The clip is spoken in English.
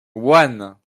one